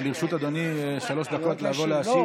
לרשות אדוני שלוש דקות לבוא להשיב.